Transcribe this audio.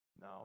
No